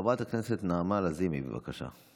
חברת הכנסת נעמה לזימי, בבקשה.